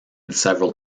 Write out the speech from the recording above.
several